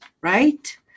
right